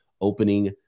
opening